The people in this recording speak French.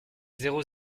zéro